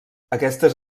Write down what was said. aquestes